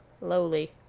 lowly